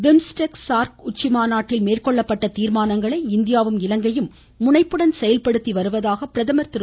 BIMSTEC SAARC உச்சி மாநாட்டில் மேற்கொள்ளப்பட்ட தீர்மானங்களை இந்தியாவும் முனைப்புடன் செயல்படுத்தி வருவதாக இலங்கையும் திரு